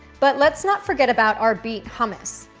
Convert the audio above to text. but let's not forget about our beet hummus.